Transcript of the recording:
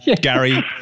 Gary